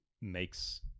makes